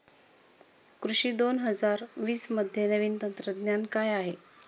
कृषी दोन हजार वीसमध्ये नवीन तंत्रज्ञान काय आहे?